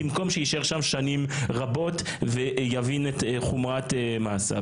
במקום שיישאר שם שנים רבות ויבין את חומרת מעשיו,